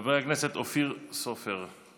חבר הכנסת אופיר סופר,